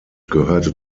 gehörte